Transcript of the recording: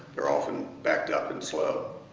they're often backed up and slow.